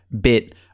bit